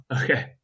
okay